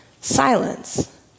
silence